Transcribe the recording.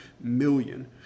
million